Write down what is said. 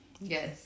Yes